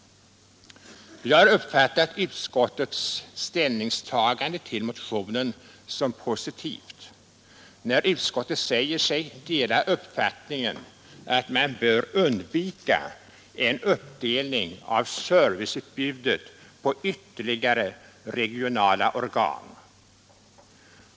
Jag har uppfattat utskottets ställningstagande till motionen som positivt, när utskottet säger sig dela uppfattningen att man bör undvika en uppdelning av serviceutbudet på ytterligare regionala organ.